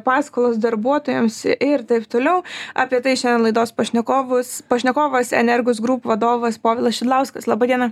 paskolos darbuotojams ir taip toliau apie tai šiandien laidos pašnekovus pašnekovas energus group vadovas povilas šidlauskas laba diena